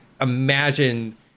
imagine